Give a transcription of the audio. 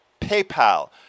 PayPal